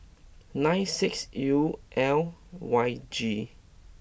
nine six U L Y G